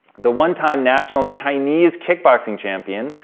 the one time national chinese kickboxing champion,